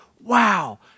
Wow